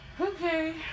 Okay